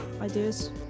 ideas